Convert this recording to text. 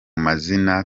mazina